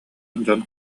дьон